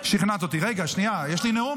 רגע, יש לי נאום.